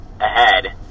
ahead